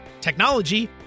technology